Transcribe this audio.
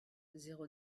zéro